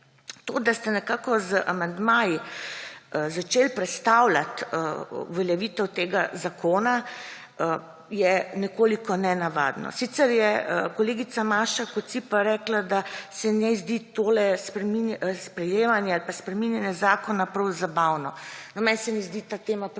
To, da ste nekako z amandmaji začeli prestavljati uveljavitev tega zakona, je nekoliko nenavadno. Sicer je kolegica Maša Kociper rekla, da se njej zdi to sprejemanje ali spreminjanje zakona prav zabavno. Meni se ne zdi ta tema prav nič